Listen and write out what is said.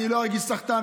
אני לא ארגיש סחטן,